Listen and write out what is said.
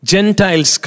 Gentiles